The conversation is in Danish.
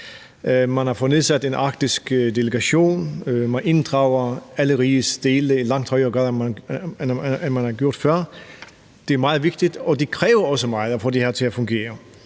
Man har fået nedsat en arktisk delegation, man inddrager alle rigets dele i langt højere grad, end man har gjort før. Det er meget vigtigt, og det kræver også meget at få det her til at fungere.